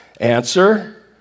Answer